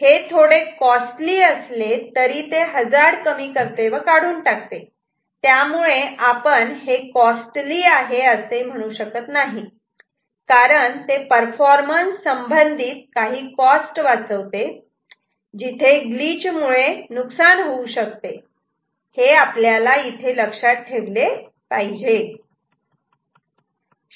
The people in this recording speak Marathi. पण हे थोडे कॉस्टली असले तरी ते हजार्ड कमी करते व काढून टाकते त्यामुळे आपण हे कॉस्टली आहे असे म्हणू शकत नाही कारण ते परफॉर्मन्स संबंधित काही कॉस्ट वाचवते जिथे ग्लिच मुळे नुकसान होऊ शकते आणि हे आपल्याला इथे लक्षात ठेवले पाहिजे